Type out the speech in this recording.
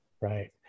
right